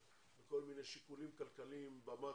על כל מיני שיקולים כלכליים במאקרו,